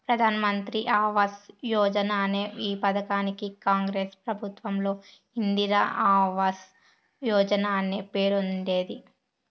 ప్రధాన్ మంత్రి ఆవాస్ యోజన అనే ఈ పథకానికి కాంగ్రెస్ ప్రభుత్వంలో ఇందిరా ఆవాస్ యోజన అనే పేరుండేది